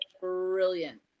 Brilliant